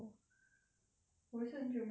我也是很久没有看新加坡戏了